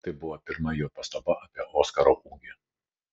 tai buvo pirma jo pastaba apie oskaro ūgį